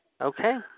Okay